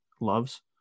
loves